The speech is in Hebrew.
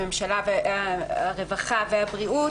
הרווחה והבריאות,